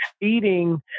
eating